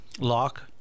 Lock